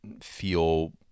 feel